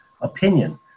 opinion